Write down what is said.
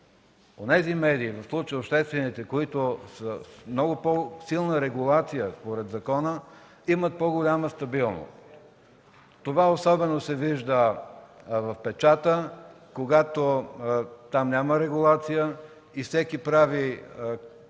онези медии, в случая обществените, които са с много по-силна регулация, според закона, имат по-голяма стабилност. Това особено се вижда в печата, където няма регулация и всеки прави